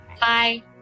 Bye